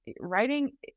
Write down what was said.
writing